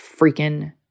freaking